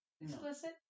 Explicit